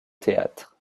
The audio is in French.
théâtre